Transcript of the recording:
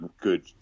good